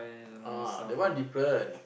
ah that one different